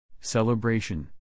celebration